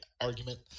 argument